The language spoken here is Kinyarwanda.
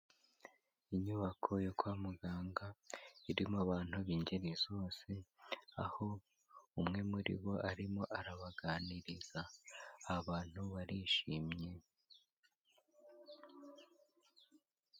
Inyubako yo kwa muganga irimo abantu b'ingeri zose, aho umwe muri bo arimo arabaganiriza, aba bantu barishimye.